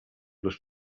les